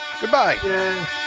Goodbye